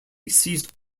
ceased